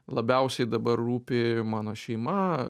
labiausiai dabar rūpi mano šeima